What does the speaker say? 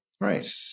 Right